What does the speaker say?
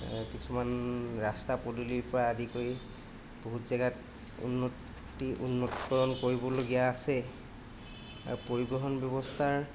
কিছুমান ৰাস্তা পদূলিৰ পৰা আদি কৰি বহুত জেগাত উন্নতি উন্নতিকৰণ কৰিবলগীয়া আছে আৰু পৰিৱহণ ব্যৱস্থাৰ